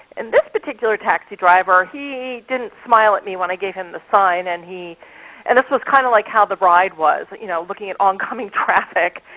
and this particular taxi driver, he didn't smile at me when i gave him the sign and and this was kind of like how the ride was you know looking at oncoming traffic.